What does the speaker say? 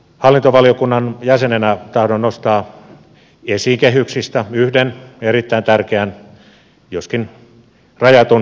hallintovaliokunnan jäsenenä tahdon nostaa esiin kehyksistä yhden erittäin tärkeän joskin rajatun yksityiskohdan